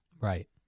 Right